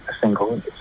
single